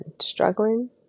Struggling